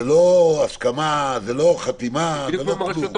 זו לא הסכמה, זו לא חתימה, זה לא כלום.